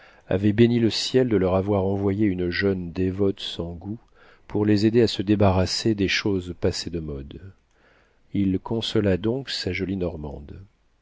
avaient béni le ciel de leur avoir envoyé une jeune dévote sans goût pour les aider à se débarrasser des choses passées de mode il consola donc sa jolie normande